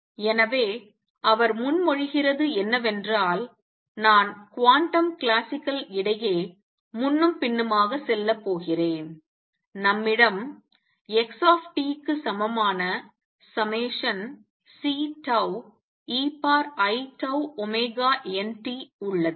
எனவே அவர் முன்மொழிகிறது என்னவென்றால் நான் குவாண்டம் கிளாசிக்கல் இடையே முன்னும் பின்னுமாக செல்ல போகிறேன் நம்மிடம் x க்கு சமமான Ceiτωt உள்ளது